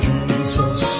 Jesus